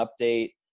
update